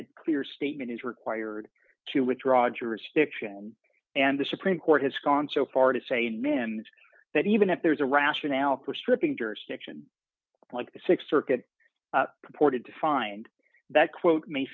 a clear statement is required to withdraw jurisdiction and the supreme court has gone so far to say mims that even if there is a rationale for stripping jurisdiction like the th circuit purported to find that quote m